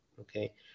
Okay